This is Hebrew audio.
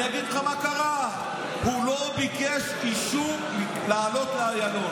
אני אגיד לך מה קרה: הוא לא ביקש אישור לעלות לאיילון.